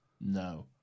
no